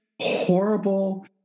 horrible